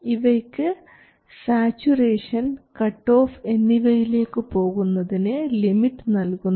ഇവയ്ക്ക് saturation cutoff എന്നിവയിലേക്കു പോകുന്നതിന് ലിമിറ്റ് നൽകുന്നു